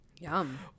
Yum